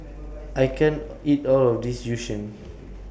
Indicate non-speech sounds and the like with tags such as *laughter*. I can't eat All of This Yu Sheng *noise*